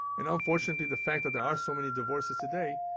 and, unfortunately, the fact that there are so many divorces today,